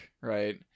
right